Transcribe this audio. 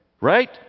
right